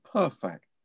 perfect